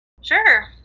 Sure